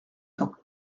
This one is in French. temps